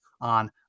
on